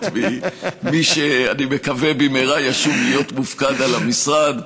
ממי שאני מקווה שבמהרה ישוב להיות מופקד על המשרד,